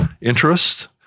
interest